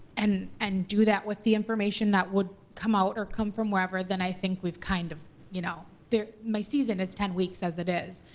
and and do that with the information that would come out, or come from wherever, then i think we've kind of you know my season is ten weeks as it is.